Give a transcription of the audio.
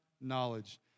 knowledge